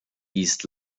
east